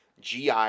GI